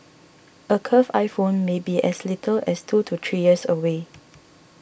a curved iPhone may be as little as two to three years away